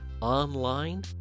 online